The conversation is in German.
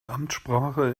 amtssprache